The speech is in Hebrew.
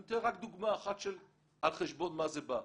אני נותן רק דוגמה אחת על חשבון מה זה בא.